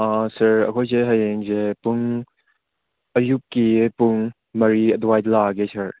ꯁꯥꯔ ꯑꯩꯈꯣꯏꯁꯦ ꯍꯌꯦꯡꯁꯦ ꯄꯨꯡ ꯑꯌꯨꯛꯀꯤ ꯄꯨꯡ ꯃꯔꯤ ꯑꯗꯨꯋꯥꯏꯗ ꯂꯥꯛꯂꯒꯦ ꯁꯥꯔ